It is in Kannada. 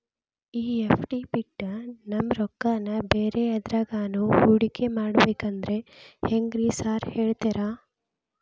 ಈ ಎಫ್.ಡಿ ಬಿಟ್ ನಮ್ ರೊಕ್ಕನಾ ಬ್ಯಾರೆ ಎದ್ರಾಗಾನ ಹೂಡಿಕೆ ಮಾಡಬೇಕಂದ್ರೆ ಹೆಂಗ್ರಿ ಸಾರ್ ಹೇಳ್ತೇರಾ?